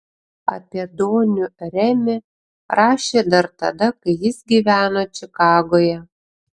apie donių remį rašė dar tada kai jis gyveno čikagoje